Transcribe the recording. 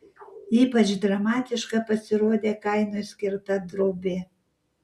ypač dramatiška pasirodė kainui skirta drobė